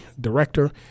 director